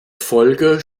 folge